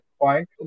point